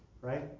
right